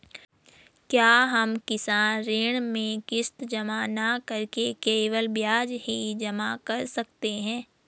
क्या हम किसान ऋण में किश्त जमा न करके केवल ब्याज ही जमा कर सकते हैं?